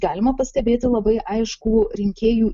galima pastebėti labai aiškų rinkėjų